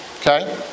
Okay